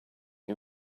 you